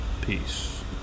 Peace